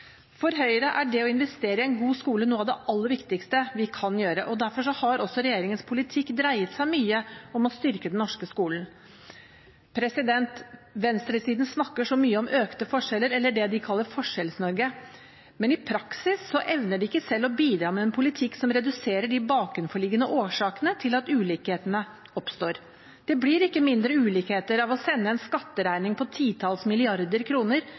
For Høyre er det å investere i en god skole noe av det aller viktigste vi kan gjøre, og derfor har også regjeringens politikk dreiet seg mye om å styrke den norske skolen. Venstresiden snakker så mye om økte forskjeller, eller det de kaller Forskjells-Norge, men i praksis evner de ikke selv å bidra med en politikk som reduserer de bakenforliggende årsakene til at ulikhetene oppstår. Det blir ikke mindre ulikheter av å sende en skatteregning på titalls milliarder kroner